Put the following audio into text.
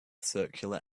circular